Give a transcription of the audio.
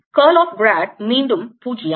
curl of grad மீண்டும் 0